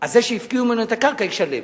אז זה שהפקיעו ממנו את הקרקע ישלם.